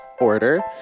order